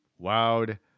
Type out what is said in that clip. wowed